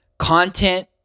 Content